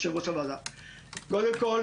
קודם כל,